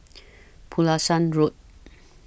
Pulasan Road